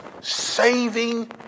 saving